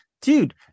dude